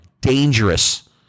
dangerous